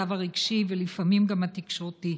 המצב הרגשי ולפעמים גם התקשורתי.